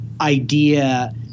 idea